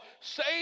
Say